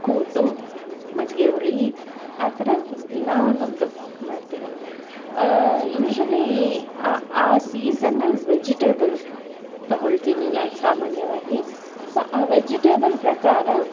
ಕೂಟು ಮಜ್ಜಿಗೆ ಹುಳಿ ಆ ಥರ ದಿನಾ ಒಂದೊಂದು ಮಾಡ್ತೀನಿ ಯೂಶ್ವಲಿ ಆ ಆ ಸೀಸನಲ್ಲಿ ವೆಜಿಟೇಬಲ್ ತಗೊಳ್ತೀನಿ ನಾನು ಸಾಮಾನ್ಯವಾಗಿ ಸೊ ಆ ವೆಜಿಟೇಬಲ್ ಪ್ರಕಾರ